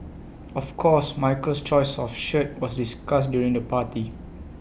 of course Michael's choice of shirt was discussed during the party